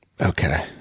Okay